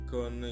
Con